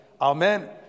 Amen